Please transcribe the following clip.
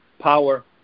power